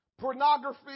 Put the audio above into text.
Pornography